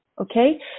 Okay